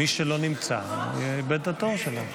מי שלא נמצא, איבד את התור שלו.